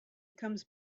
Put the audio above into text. comes